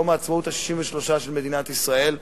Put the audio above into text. יום העצמאות ה-63 של מדינת ישראל.